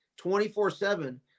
24-7